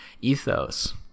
ethos